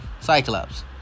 Cyclops